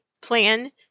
plan